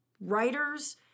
Writers